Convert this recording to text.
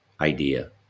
idea